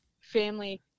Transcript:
family